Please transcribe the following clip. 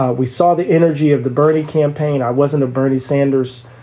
ah we saw the energy of the bernie campaign. i wasn't a bernie sanders.